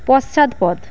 পশ্চাৎপদ